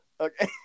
Okay